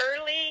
Early